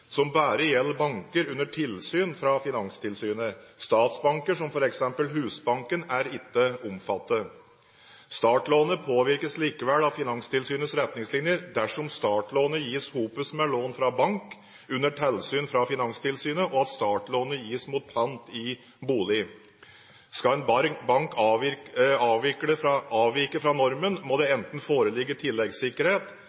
som bare gjelder banker under tilsyn fra Finanstilsynet. Statsbanker, som f.eks. Husbanken, er ikke omfattet. Startlånet påvirkes likevel av Finanstilsynets retningslinjer dersom startlånet gis sammen med lån fra bank under tilsyn fra Finanstilsynet og startlånet gis mot pant i bolig. Skal en bank avvike fra normen, må det